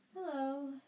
Hello